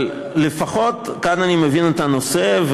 אבל לפחות כאן אני מבין את הנושא,